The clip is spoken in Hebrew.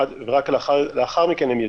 ורק לאחר מכן הם יצאו.